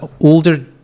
older